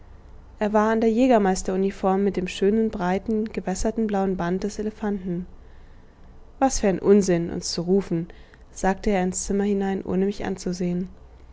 er war in der jägermeisteruniform mit dem schönen breiten gewässerten blauen band des elefanten was für ein unsinn uns zu rufen sagte er ins zimmer hinein ohne mich anzusehen